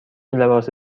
لباس